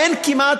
אין כמעט,